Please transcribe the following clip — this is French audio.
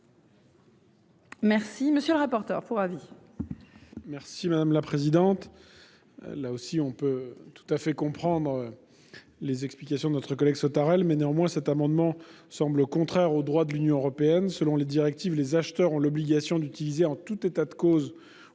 achats. Monsieur le rapporteur pour avis,